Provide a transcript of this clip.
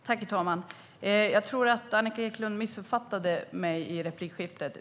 Herr talman! Jag tror att Annica Eclund missuppfattade mig i replikskiftet.